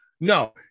No